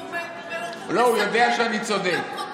הוא משנן, לא, הוא יודע שאני צודק.